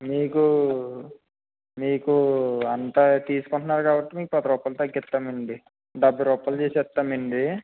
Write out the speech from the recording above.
మీకు మీకు అంతా తీసుకుంటున్నారు కాబట్టి మీకు పది రూపాయలు తగ్గిస్తామండి డెబ్బై రూపాయలు చేసి ఇస్తామండి